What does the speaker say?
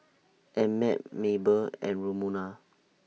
Emmett Mabel and Romona